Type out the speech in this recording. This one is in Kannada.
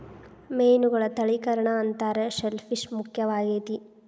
ಮೇನುಗಳ ತಳಿಕರಣಾ ಅಂತಾರ ಶೆಲ್ ಪಿಶ್ ಮುಖ್ಯವಾಗೆತಿ